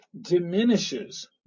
diminishes